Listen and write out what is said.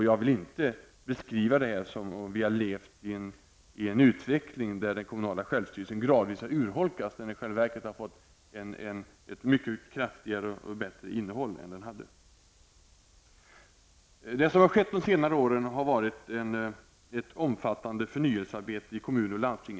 Jag vill inte beskriva det som att vi har levt i en utveckling där den kommunala självstyrelsen gradvis urholkats, när den i själva verket har fått ett mycket livskraftigare och bättre innehåll än den hade förut. Under senare år har det skett ett omfattande förnyelsearbete i kommuner och landsting.